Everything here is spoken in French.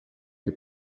des